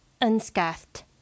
unscathed